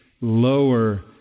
lower